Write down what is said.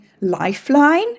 lifeline